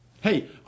Hey